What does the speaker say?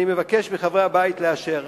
אני מבקש מחברי הבית לאשר.